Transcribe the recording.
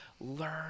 Learn